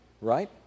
right